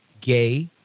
gay